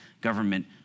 government